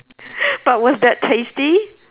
but was that tasty